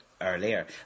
earlier